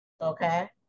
Okay